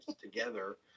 together